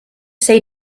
say